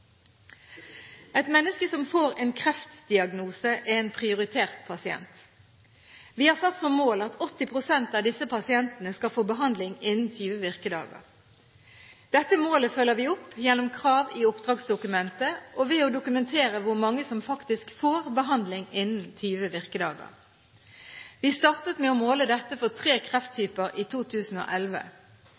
Et menneske som får en kreftdiagnose, er en prioritert pasient. Vi har satt som mål at 80 pst. av disse pasientene skal få behandling innen 20 virkedager. Dette målet følger vi opp gjennom krav i oppdragsdokumentet, og ved å dokumentere hvor mange som faktisk får behandling innen 20 virkedager. Vi startet med å måle dette for tre krefttyper i 2011.